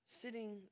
sitting